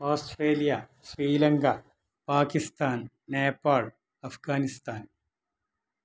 Australia Sri Lanka Pakistan Nepal Afghanistan